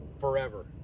forever